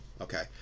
Okay